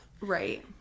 Right